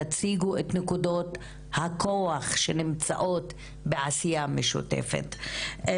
תציגו את נקודות הכוח שנמצאות בעשייה משותפת.